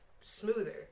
smoother